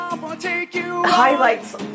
highlights